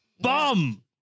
bum